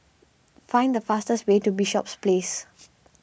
find the fastest way to Bishops Place